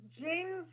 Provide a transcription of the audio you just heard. James –